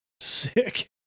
sick